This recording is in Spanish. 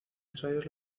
ensayos